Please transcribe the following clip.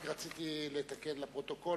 רק רציתי לתקן לפרוטוקול,